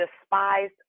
despised